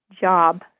job